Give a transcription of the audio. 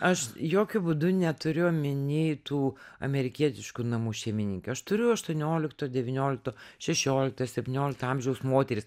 aš jokiu būdu neturiu omeny tų amerikietiškų namų šeimininkių aš turiu aštuoniolikto devyniolikto šešiolikto septyniolikto amžiaus moteris